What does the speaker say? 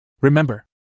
Remember